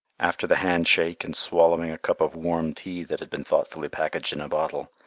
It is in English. after the hand-shake and swallowing a cup of warm tea that had been thoughtfully packed in a bottle,